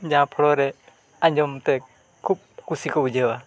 ᱡᱟᱦᱟᱸ ᱨᱮ ᱟᱸᱡᱚᱢᱛᱮ ᱠᱷᱩᱵ ᱠᱩᱥᱤ ᱠᱚ ᱵᱩᱡᱷᱟᱹᱣᱟ